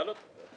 שאל אותו.